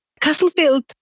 Castlefield